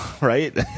Right